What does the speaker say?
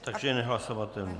Takže je nehlasovatelný.